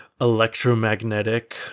electromagnetic